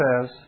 says